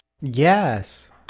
Yes